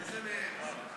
איזה מהם?